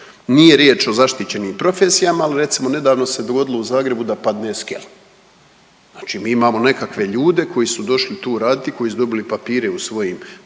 Nije riječ o zaštićenim profesijama, ali recimo, nedavno se dogodilo u Zagrebu da padne skela. Znači mi imamo nekakve ljude koji su došli tu raditi i koji su dobili papire u svojim